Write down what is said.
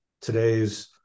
today's